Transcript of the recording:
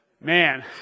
Man